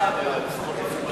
התשע"ב 2012, נתקבלה.